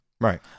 right